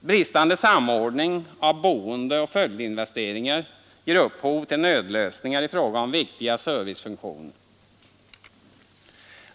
Bristande samordning av boendeoch följdinvesteringar ger upphov till nödlösningar i fråga om viktiga servicefunktioner.